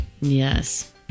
Yes